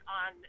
on